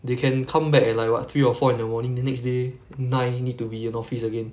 they can come back at like what three or four in the morning then next day nine need to be in office again